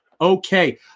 Okay